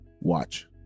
watch